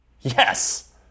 yes